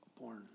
born